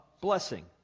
blessing